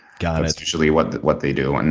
got it. that's usually what what they do, and